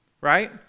right